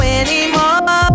anymore